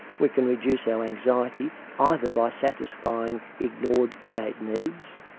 we can reduce our anxiety ah either by satisfying ignored innate needs,